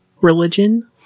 religion